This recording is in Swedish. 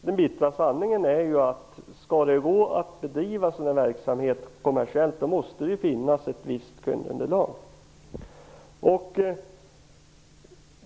Den bistra sanningen är ju den, att om det skall gå att bedriva sådan här verksamhet kommersiellt måste det finnas ett visst kundunderlag.